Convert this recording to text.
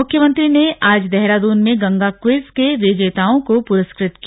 मुख्यमंत्री ने आज देहरादून में गंगा क्विज के विजेताओं को पुरस्कृत किया